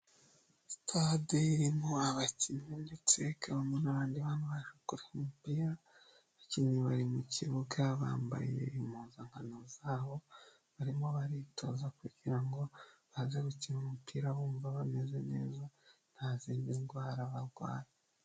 Sitade irimo abakinnyi ndetse ikabamo n'abandi baje kure umupira, abakinnyi bari mu kibuga bambaye impuzankano zabo, barimo baritoza kugira ngo baze gukina umupira bumva bameze neza nta zindi ndwara barwaye.